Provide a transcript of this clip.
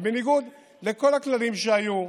זה בניגוד לכל הכללים שהיו,